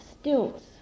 stilts